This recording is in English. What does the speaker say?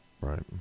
right